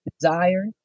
desire